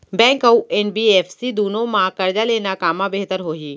Bank अऊ NBFC दूनो मा करजा लेना कामा बेहतर होही?